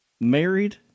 married